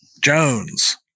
Jones